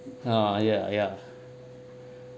ah ya ya ya